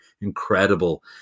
incredible